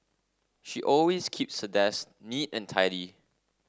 she always keeps her desk neat and tidy